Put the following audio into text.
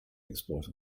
exploit